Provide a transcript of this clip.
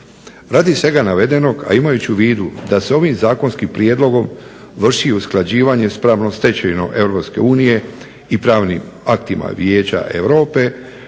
Radi svega navedenog, a imajući u vidu da se ovim zakonskim prijedlogom vrši usklađivanje sa pravnom stečevinom EU i pravnim aktima Vijeća europe,